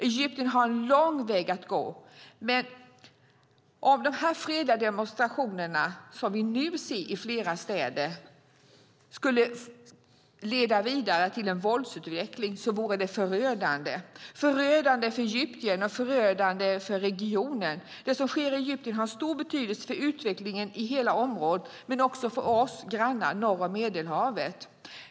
Egypten har en lång väg att gå. Det vore förödande om de fredliga demonstrationer vi nu ser i flera städer skulle leda vidare till en våldsutveckling. Det vore förödande för Egypten och för regionen. Det som sker i Egypten har stor betydelse för utvecklingen i hela området och för oss grannar norr om Medelhavet.